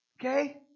Okay